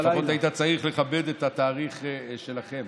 לפחות היית צריך לכבד את התאריך שלכם,